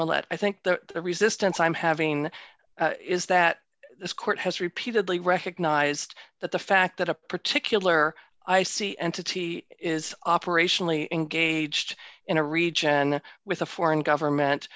millette i think the resistance i'm having is that this court has repeatedly recognized that the fact that a particular i c entity is operationally engaged in a region with a foreign government